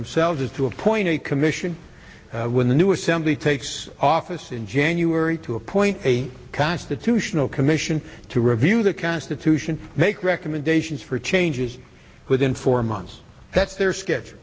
themselves is to appoint a commission when the new assembly takes office in january to appoint a constitutional commission to review the constitution make recommendations for changes within four months that's their s